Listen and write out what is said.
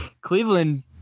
Cleveland